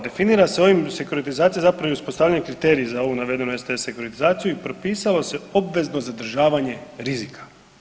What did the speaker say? Definira se ovim sekuritizacija zapravo i uspostavljanje kriterija za ovu STS sekuritizaciju i propisuje se obvezno zadržavanje rizika.